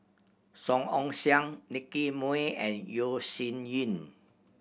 Song Ong Siang Nicky Moey and Yeo Shih Yun